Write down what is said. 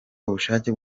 ubushake